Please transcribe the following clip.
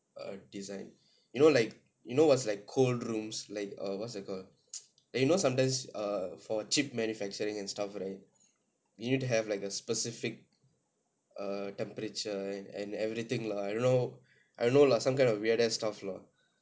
err design you know like you know was like cold rooms like a what's that called like you know sometimes err for cheap manufacturing and stuff right you'd have like a specific err temperature and and everything lah I don't know I don't know lah some kind of weird ass stuff lah